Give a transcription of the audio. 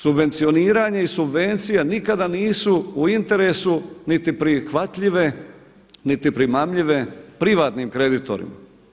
Subvencioniranje i subvencija nikada nisu u interesu niti prihvatljive, niti primamljive privatnim kreditorima.